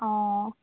অঁ